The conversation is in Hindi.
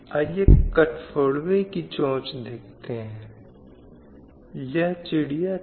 अगली गारंटी महिलाओं के लिए भूमि और नौकरियों की